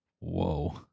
whoa